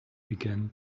began